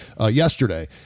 yesterday